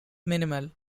minimal